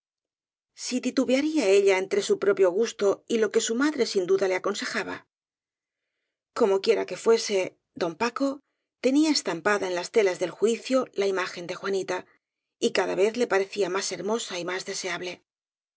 si titubearía ella entre su propio gusto y lo que su madre sin duda le aconsejaba como quiera que fuese don paco tenía estampada en las telas del juicio la ima gen de juanita y cada vez le parecía más hermosa y más deseable